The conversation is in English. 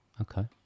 Okay